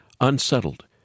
unsettled